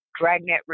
Dragnet